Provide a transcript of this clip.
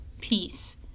peace